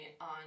on